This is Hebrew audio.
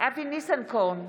אבי ניסנקורן,